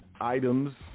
items